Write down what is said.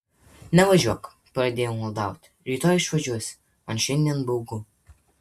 nevažiuok pradėjau maldauti rytoj išvažiuosi man šiandien baugu